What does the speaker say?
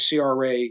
CRA